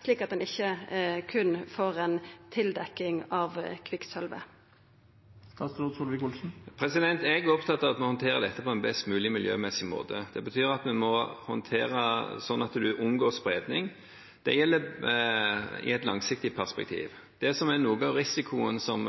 slik at ein ikkje berre får ei tildekking av kvikksølvet. Jeg er opptatt av at vi håndterer dette på en best mulig miljømessig måte. Det betyr at vi må håndtere det slik at en unngår spredning i et langsiktig perspektiv. Noe av den